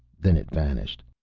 then it vanished.